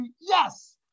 Yes